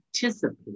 participate